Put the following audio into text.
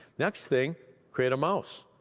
next thing, create a mouse,